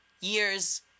year's